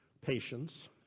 patience